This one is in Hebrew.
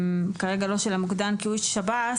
כאשר לא של המוקדן כי הוא איש שב"ס,